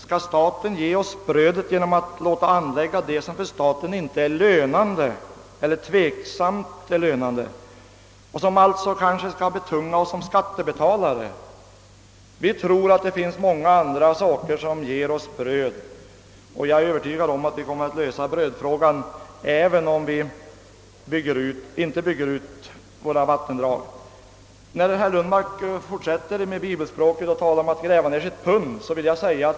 Skall staten ge oss det genom att låta anlägga sådant som det är tveksamt huruvida det är lönande och som kanske blir betungande för oss som skattebetalare? Jag tror att det finns mycket annat som ger oss bröd, och jag är övertygad om att vi kommer att lösa brödfrågan även om vi inte bygger ut våra vattendrag. Herr Lundmark fortsatte med bibelspråk och talade om att gräva ned sitt pund.